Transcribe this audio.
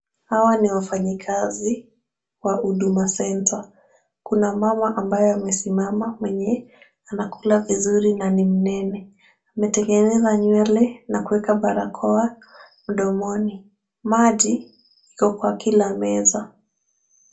Hawa ni wafanyikazi wa Huduma Centre. Kuna mama ambaye amesimama mwenye anakula vizuri na ni mnene. Ametengeneza nywele na kuweka barakoa mdomoni. Maji iko kwa kila meza.